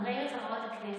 חברי וחברות הכנסת,